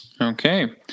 Okay